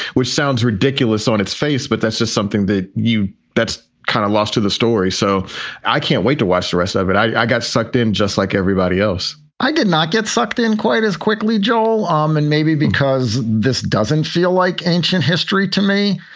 which sounds ridiculous on its face. but that's just something that you that's kind of lost to the story. so i can't wait to watch the rest of it. i got sucked in just like everybody else i did not get sucked in quite as quickly, joel. um and maybe because this doesn't feel like ancient history to me.